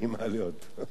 אני מעלה אותו.